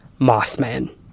Mothman